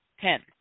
Ten